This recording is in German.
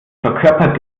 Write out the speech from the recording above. verkörpert